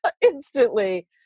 Instantly